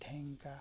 ᱴᱷᱮᱝᱠᱟ